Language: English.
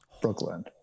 Brooklyn